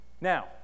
Now